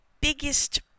biggest